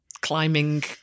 climbing